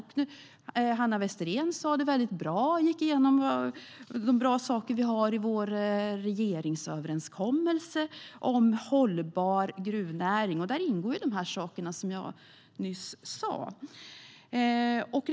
Hanna Westerén gick igenom bra saker som vi har i vår regeringsöverenskommelse om hållbar gruvnäring. Där ingår de saker som jag nyss tog upp.